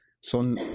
Son